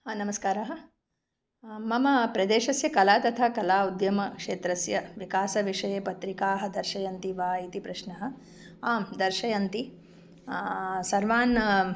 नमस्कारः मम प्रदेशस्य कला तथा कला उद्यम क्षेत्रस्य विकासविषये पत्रिकाः दर्शयन्ति वा इति प्रश्नः आं दर्शयन्ति सर्वान्